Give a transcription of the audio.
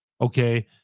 okay